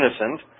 innocent